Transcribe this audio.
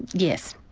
yes.